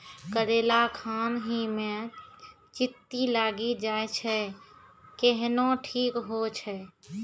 करेला खान ही मे चित्ती लागी जाए छै केहनो ठीक हो छ?